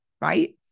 right